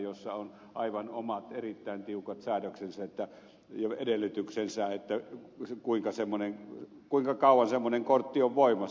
joissa on aivan omat erittäin tiukat säädöksensä ja edellytyksensä kuinka kauan semmoinen kortti on voimassa